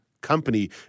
Company